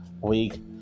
week